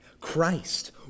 Christ